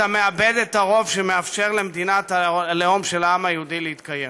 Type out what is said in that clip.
אתה מאבד את הרוב שמאפשר למדינת הלאום של העם היהודי להתקיים.